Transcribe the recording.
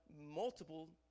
multiple